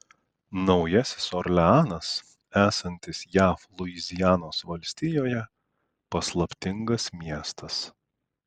naujasis orleanas esantis jav luizianos valstijoje paslaptingas miestas